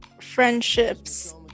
friendships